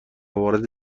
وارد